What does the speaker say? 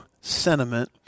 Sentiment